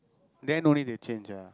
then only they change ah